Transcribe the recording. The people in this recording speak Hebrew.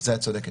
בזה את צודקת.